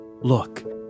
Look